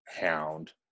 hound